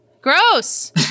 Gross